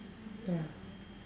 ya